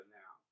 now